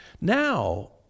Now